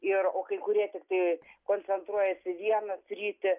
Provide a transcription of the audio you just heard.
ir o kai kurie tiktai koncentruojasi į vieną sritį